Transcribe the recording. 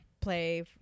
play